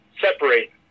separate